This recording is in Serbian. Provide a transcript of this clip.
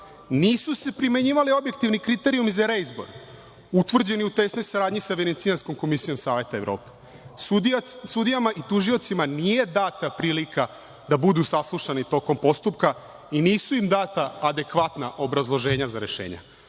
nisu se primenjivali objektivni kriterijumi za reizbor, utvrđeni u tesnoj saradnji sa Venecijanskom komisijom Saveta Evrope. Sudijama i tužiocima nije data prilika da budu saslušani tokom postupka i nisu im data adekvatna obrazloženja za rešenja.